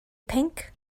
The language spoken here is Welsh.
pinc